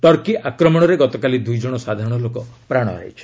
Turkey ଆକ୍ରମଣରେ ଗତକାଲି ଦୁଇ ଜଣ ସାଧାରଣ ଲୋକ ପ୍ରାଣ ହରାଇଛନ୍ତି